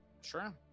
Sure